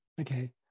Okay